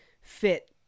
fit